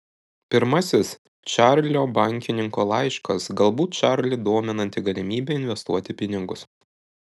pirmasis čarlio bankininko laiškas galbūt čarlį dominanti galimybė investuoti pinigus